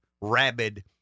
rabid